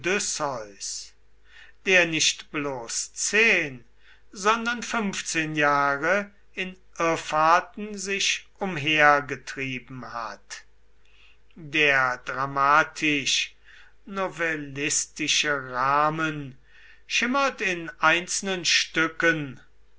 der nicht bloß zehn sondern fünfzehn jahre in irrfahrten sich umhergetrieben hat der dramatisch novellistische rahmen schimmert in einzelnen stücken